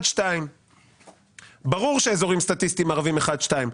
הוא 1 או 2. אבל ברור ששם זה 1 או 2,